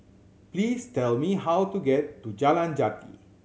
please tell me how to get to Jalan Jati